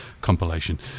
compilation